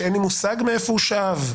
שאין לי מושג מאיפה הוא שאב,